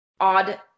odd